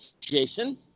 Jason